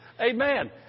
Amen